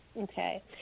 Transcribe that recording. okay